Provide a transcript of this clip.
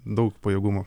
daug pajėgumo